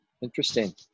interesting